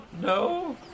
no